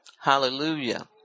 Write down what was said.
Hallelujah